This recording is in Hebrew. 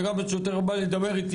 וגם השוטר בא לדבר איתי,